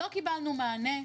לא קיבלנו מענה,